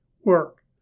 work